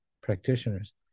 practitioners